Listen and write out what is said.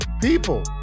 people